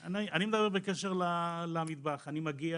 אני רוצה לומר בקשר למטבח, אני מגיע